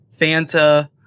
Fanta